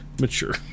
mature